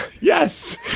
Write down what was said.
Yes